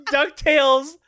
DuckTales